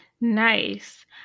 Nice